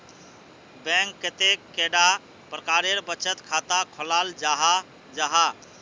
Bank कतेक कैडा प्रकारेर बचत खाता खोलाल जाहा जाहा?